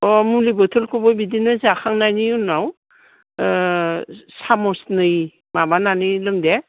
अ मुलि बथलखौबो बिदि जाखांनायनि उनाव ओ साम'सनै माबानानै लों दे